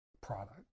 product